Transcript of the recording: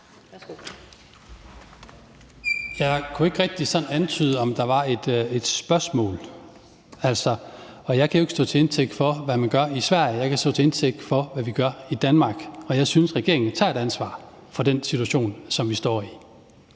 Jeg kunne ikke rigtig sådan tyde, om der var et spørgsmål. Jeg kan jo ikke stå til indtægt for, hvad man gør i Sverige. Jeg kan stå til indtægt for, hvad vi gør i Danmark. Jeg synes, at regeringen tager et ansvar i den situation, som vi står i.